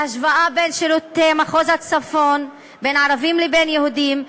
בהשוואה בשירותי מחוז הצפון בין ערבים לבין יהודים,